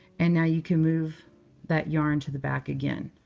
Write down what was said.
and now, you can move that yarn to the back again.